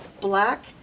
black